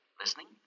Listening